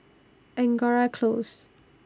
Angora Close